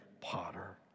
potter